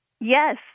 Yes